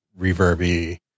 reverby